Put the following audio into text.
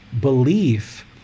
belief